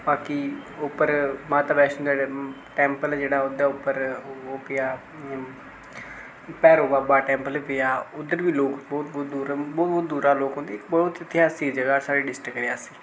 बाकी उप्पर माता बैष्णो देवी दे टैंपल जेह्ड़ा ओह्दे उप्पर ओह् पेआ भैरा बाबा दा टैंपल पेआ उद्धर बी लोक बौह्त बौह्त दूरा लोक औंदे बौह्त इक बौह्त ई इतेसासक जगह् ऐ रियासी